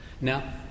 Now